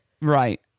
Right